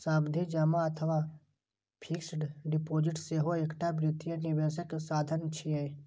सावधि जमा अथवा फिक्स्ड डिपोजिट सेहो एकटा वित्तीय निवेशक साधन छियै